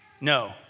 No